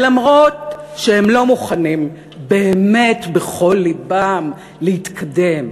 ואף שהם לא מוכנים באמת בכל לבם להתקדם.